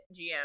GM